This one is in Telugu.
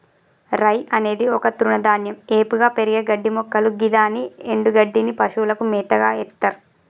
రై అనేది ఒక తృణధాన్యం ఏపుగా పెరిగే గడ్డిమొక్కలు గిదాని ఎన్డుగడ్డిని పశువులకు మేతగ ఎత్తర్